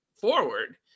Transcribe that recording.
forward